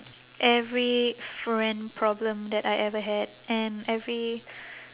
every friend problem that I ever had and every